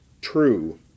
true